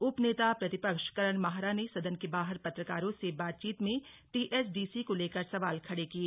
उप नेता प्रतिपक्ष करन माहरा ने सदन के बाहर पत्रकारों से बातचीत में टीएचडीसी को लेकर सवाल खड़े किए